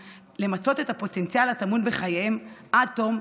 למצות את הפוטנציאל הטמון בחייהם עד תום,